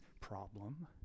problem